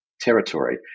territory